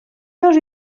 dos